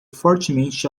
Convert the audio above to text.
fortemente